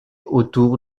autour